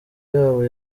yabo